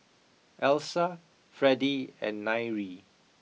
Elsa Fredie and Nyree